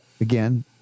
again